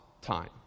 time